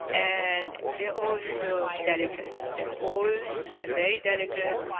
and they're also delicate. they're old and very delicate.